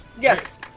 Yes